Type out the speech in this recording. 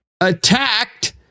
attacked